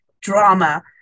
drama